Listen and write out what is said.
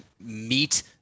meet